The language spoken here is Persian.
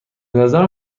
نظرم